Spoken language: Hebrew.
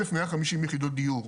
אלף מאה חמישים יחידות דיור.